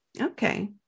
okay